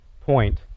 point